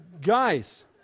guys